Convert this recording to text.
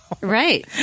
Right